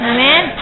Amen